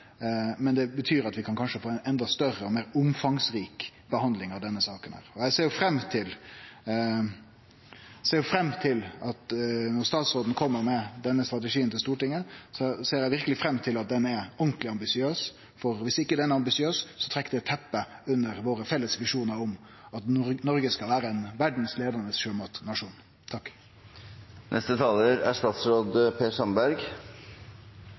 Men det betyr at vi kanskje kan få ei enda større og meir omfangsrik behandling av denne saka. Når statsråden kjem med denne strategien til Stortinget, ser eg verkeleg fram til at han er ordentleg ambisiøs. For viss ikkje han er ambisiøs, trekkjer det teppet under dei felles visjonane våre om at Noreg skal vere ein verdsleiande sjømatnasjon. Ambisiøse skal vi være. Det er